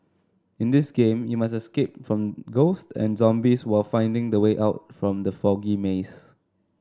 in this game you must escape from ghosts and zombies while finding the way out from the foggy maze